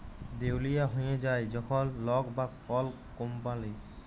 দেউলিয়া হঁয়ে যায় যখল লক বা কল কম্পালি